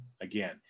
Again